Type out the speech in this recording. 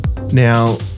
Now